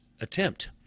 attempt